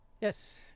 Yes